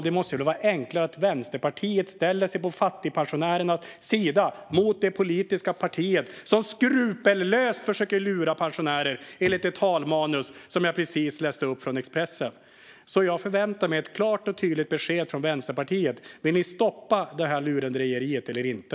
Det måste väl vara enklare att Vänsterpartiet ställer sig på fattigpensionärernas sida mot det politiska parti som skrupelfritt försöker att lura pensionärer enligt det talmanus som jag precis läste upp från Expressen? Jag förväntar mig ett klart och tydligt besked från Vänsterpartiet: Vill ni i Vänsterpartiet stoppa det här lurendrejeriet eller inte?